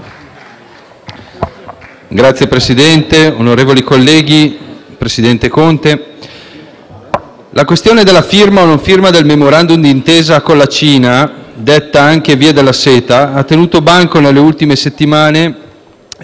la questione della firma del *memorandum* d'intesa con la Cina, detta anche Via della Seta, ha tenuto banco nelle ultime settimane e ha coinvolto tutti gli attori della politica italiana in un sano dibattito sul futuro delle relazioni internazionali